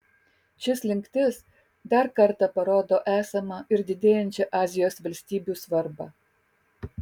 ši slinktis dar kartą parodo esamą ir didėjančią azijos valstybių svarbą